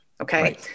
Okay